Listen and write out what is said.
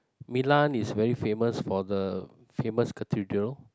Milan is very famous for the famous cathedral